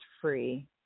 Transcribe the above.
free